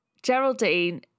Geraldine